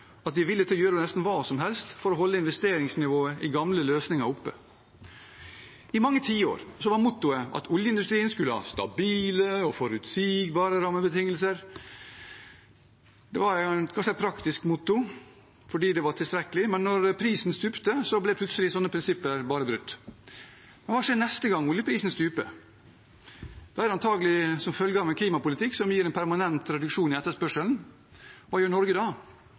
at vi er villig til å gjøre nesten hva som helst for å holde investeringsnivået i gamle løsninger oppe. I mange tiår var mottoet at oljeindustrien skulle ha stabile og forutsigbare rammebetingelser. Det var kanskje et praktisk motto fordi det var tilstrekkelig, men da prisen stupte, ble plutselig slike prinsipper bare brutt. Hva skjer neste gang oljeprisen stuper? Da er det antakelig som følge av en klimapolitikk som gir en permanent reduksjon i etterspørselen. Hva gjør Norge da?